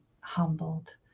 humbled